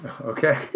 Okay